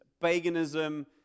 paganism